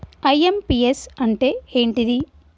IMPS అంటే ఏంటిది?